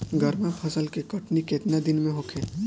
गर्मा फसल के कटनी केतना दिन में होखे?